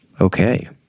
Okay